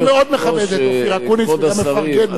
אני מאוד מכבד את אופיר אקוניס וגם מפרגן לו.